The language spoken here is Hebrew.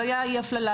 והייתה אי-הפללה,